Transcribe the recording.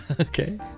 Okay